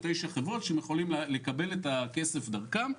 9 חברות שהם יכולים לקבל את הכסף דרכן.